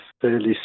fairly